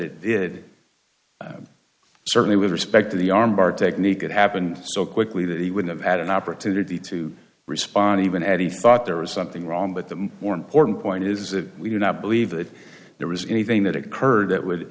it did certainly with respect to the arm bar technique it happened so quickly that he would have had an opportunity to respond even as he thought there was something wrong but the more important point is that we do not believe that there was anything that occurred that would